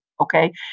okay